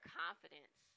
confidence